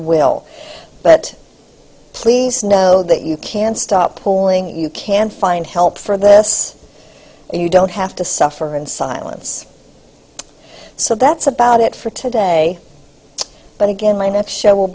will but please know that you can stop pulling you can find help for this you don't have to suffer in silence so that's about it for today but again line up show will